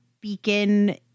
beacon